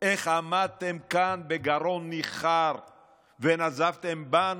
איך עמדתם כאן בגרון ניחר ונזפתם בנו,